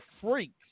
freaks